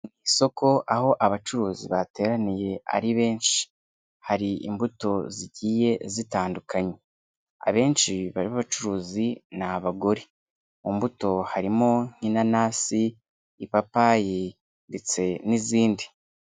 Isoko aho abacuruzi bateraniye ari benshi, hari imbuto zigiye zitandukanye, abenshi barimo abacuruzi ni abagore, mu mbuto harimo inanasi, ipapayi, ndetse n'izindi.